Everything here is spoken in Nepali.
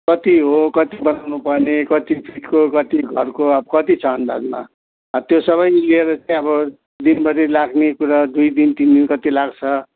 कति हो कति बनाउनु पर्ने कति फुटको कति घरको अब कति छ अन्दाजमा अब त्यो सबै मिलेर चाहिँ अब दिनभरि लाग्ने कुरा दुई दिन तिन दिन कति लाग्छ